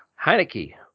Heineke